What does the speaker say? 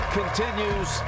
continues